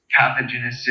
pathogenicity